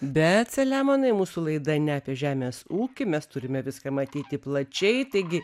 bet selemonai mūsų laida ne apie žemės ūkį mes turime viską matyti plačiai taigi